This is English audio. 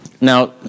Now